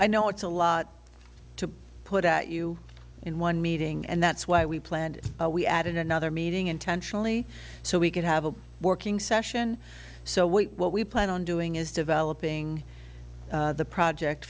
i know it's a lot to put at you in one meeting and that's why we planned it we added another meeting intentionally so we could have a working session so what we plan on doing is developing the project